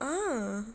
ah